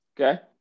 Okay